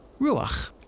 ruach